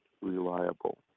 reliable